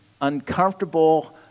uncomfortable